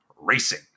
racing